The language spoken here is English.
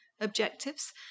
objectives